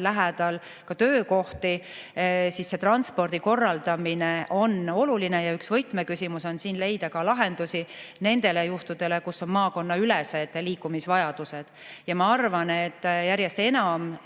lähedal töökohti, on transpordi korraldamine oluline. Ja üks võtmeküsimus on see, et tuleb leida lahendusi nendele juhtudele, kus on maakonnaülesed liikumisvajadused. Ma arvan, et järjest enam